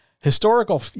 Historical